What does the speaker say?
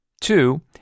Two